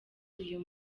uyu